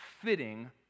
fitting